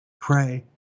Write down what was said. pray